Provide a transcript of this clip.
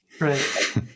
Right